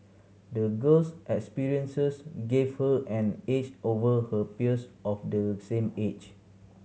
the girl's experiences gave her an edge over her peers of the same age